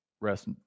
Rest